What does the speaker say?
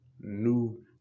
New